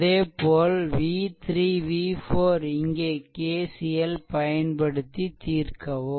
அதேபோல் v3 v4 இங்கே KCL பயன்படுத்தி தீர்க்கவும்